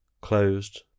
closed